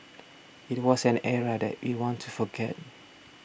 it was an era that we want to forget